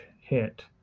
hit